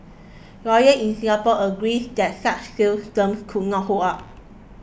lawyers in Singapore agrees that such sales terms could not hold up